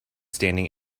standing